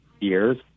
years